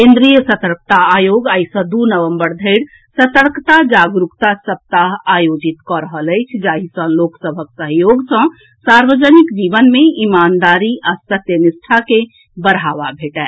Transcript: केन्द्रीय सतर्कता आयोग आइ सॅ दू नवम्बर धरि सतर्कता जागरूकता सप्ताह आयोजित कऽ रहल अछि जाहि सॅ लोक सभक सहयोग सॅ सार्वजनिक जीवन मे ईमानदारी आ सत्यनिष्ठा के बढ़ावा भेटए